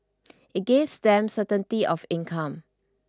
it gives them certainty of income